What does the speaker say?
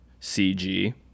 CG